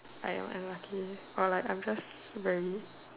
I am unlucky or like I'm just very